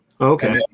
okay